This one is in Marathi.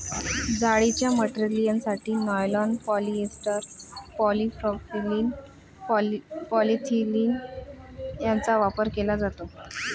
जाळीच्या मटेरियलसाठी नायलॉन, पॉलिएस्टर, पॉलिप्रॉपिलीन, पॉलिथिलीन यांचा वापर केला जातो